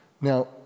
Now